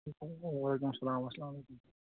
وَعلیکُم سَلام اَسلامُ علیکُم